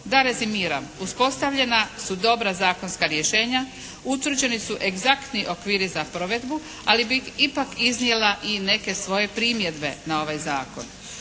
da rezimiram. Uspostavljena su dobra zakonska rješenja. Utvrđeni su egzaktni okviri za provedbu, ali bih ipak iznijela i neke svoje primjedbe na ovaj zakon.